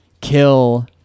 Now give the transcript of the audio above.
kill